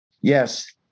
yes